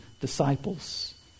disciples